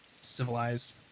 civilized